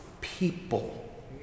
people